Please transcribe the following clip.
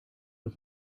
und